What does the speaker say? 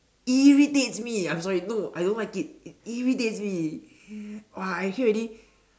irritates me I'm sorry no I don't like it it irritates me !wah! I hear already